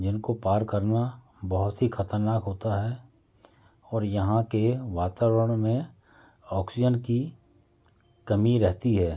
जिनको पर करना बहुत ही खतरनाक होता है और यहाँ के वातावरण में ऑक्सीजन की कमी रहती है